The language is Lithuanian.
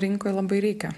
rinkoj labai reikia